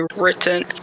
written